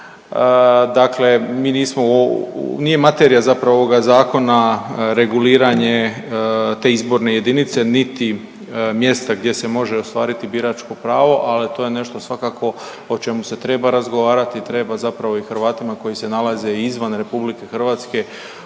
nismo nije materija zapravo ovoga zakona reguliranje te izborne jedinice niti mjesta gdje se može ostvariti biračko pravo, ali to je nešto svakako o čemu se treba razgovarati i treba i Hrvatima koji se nalaze i izvan RH